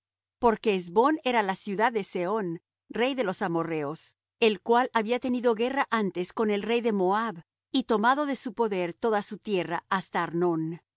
porque hesbón era la ciudad de sehón rey de los amorrheos el cual había tenido guerra antes con el rey de moab y tomado de su poder toda su tierra hasta arnón